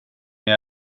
jag